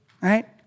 right